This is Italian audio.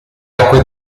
acque